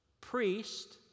priest